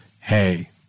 hey